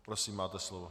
Prosím, máte slovo.